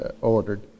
ordered